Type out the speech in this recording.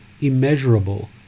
immeasurable